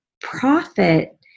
profit